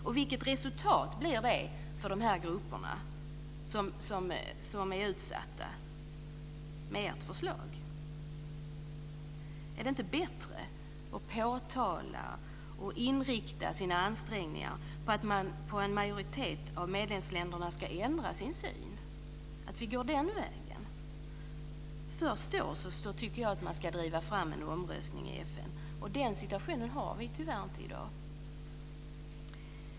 Och vilket resultat blir det för de grupper som är utsatta med ert förslag? Är det inte bättre att påtala problemen och inrikta sina ansträngningar på att få en majoritet av medlemsländerna att ändra sin syn? Är det inte bättre att vi går den vägen? Först då tycker jag att man ska driva fram en omröstning i FN, och den situationen har vi tyvärr inte i dag.